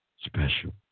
special